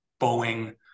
Boeing